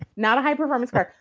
not a high performance car,